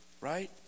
right